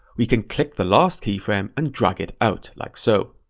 we can click the last keyframe and drag it out like so.